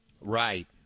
Right